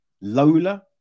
Lola